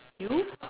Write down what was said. you